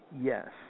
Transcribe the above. yes